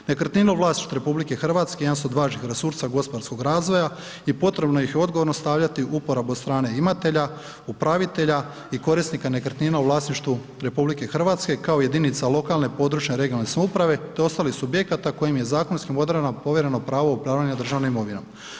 Nekretninu u vlasništvu RH jedan su od važnijih resursa gospodarskog razvoja i potrebno ih je odgovorno stavljati u uporabu od strane imatelja, upravitelja i korisnika nekretnina u vlasništvu RH, kao jedinica lokalne, područne (regionalne) samouprave te ostalih subjekata kojim je zakonskim odredbama povjereno pravo upravljanja državnom imovinom.